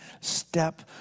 step